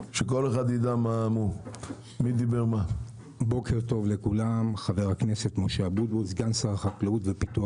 הוא אדם שמאוד מאוד מאוד קשוב לכל הנושא הזה של החקלאים ואנחנו מקיימים